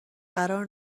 قرار